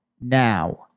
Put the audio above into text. Now